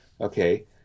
Okay